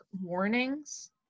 warnings